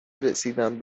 رسیدن